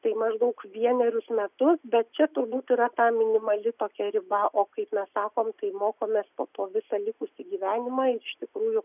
tai maždaug vienerius metus bet čia turbūt yra ta minimali tokia riba o kaip mes sakom tai mokomės po to visą likusį gyvenimą iš tikrųjų